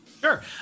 Sure